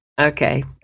Okay